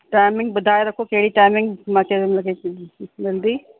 timing ॿुधाए रखो कहिड़ी टाइमिंग मूंखे हुनखे मिलंदी